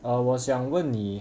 err 我想问你